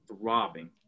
throbbing